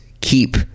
keep